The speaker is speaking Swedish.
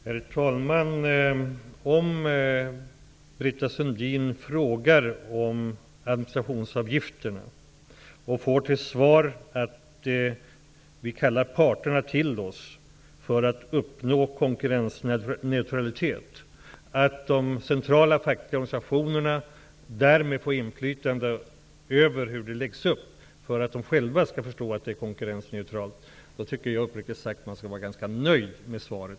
Herr talman! Om Britta Sundin frågar om administrationsavgifterna och får till svar att vi kallar parterna till oss för att uppnå konkurrensneutralitet, att de centrala fackliga organisationerna därmed får inflytande över hur det läggs upp för att de själva skall förstå att det är konkurrensneutralt, tycker jag uppriktigt sagt att hon skall vara ganska nöjd med svaret.